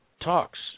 talks